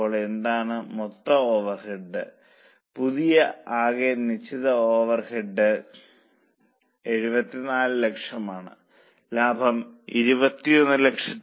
അപ്പോൾ എന്താണ് മൊത്ത ഓവർഹെഡ് പുതിയ ആകെ നിശ്ചിത ഓവർഹെഡ് 7400000 ആണ് ലാഭം 2156000